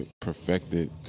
perfected